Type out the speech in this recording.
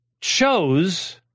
Chose